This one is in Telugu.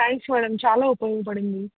థ్యాంక్స్ మేడం చాలా ఉపయోగపడింది